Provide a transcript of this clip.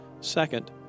Second